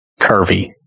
curvy